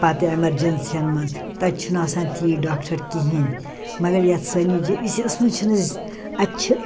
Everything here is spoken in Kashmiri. پَتہٕ ایٚمرجیٚنسی یَن مَنٛز تتہِ چھِنہٕ آسان تۭتۍ ڈاکٹر کِہیٖنۍ مگر یَتھ سٲنِس جے وی سی یَس مَنٛز چھِنہٕ أسۍ اتہِ چھِ